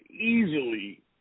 easily